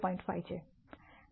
5 છે